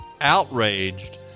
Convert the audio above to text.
outraged